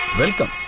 welcome,